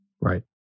Right